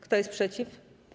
Kto jest przeciw?